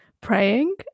praying